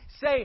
Say